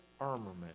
armament